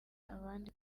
abandi